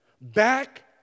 Back